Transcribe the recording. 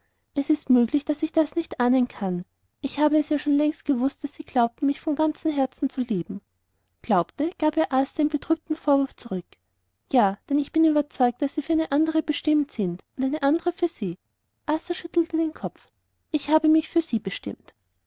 es ist möglich daß ich das nicht ahnen kann ich habe es ja schon längst gewußt daß sie glaubten mich von ganzem herzen zu lieben glaubte gab ihr arthur mit betrübtem vorwurf zurück ja denn ich bin überzeugt daß sie für eine andere bestimmt sind und eine andere für sie arthur schüttelte den kopf ich habe mich für sie bestimmt